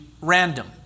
Random